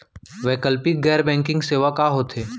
वैकल्पिक गैर बैंकिंग सेवा का होथे?